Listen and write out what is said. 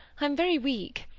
i'm very weak.